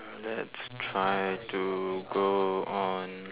let's try to go on